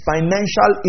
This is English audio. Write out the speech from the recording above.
Financial